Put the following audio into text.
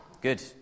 Good